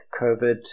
COVID